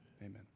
Amen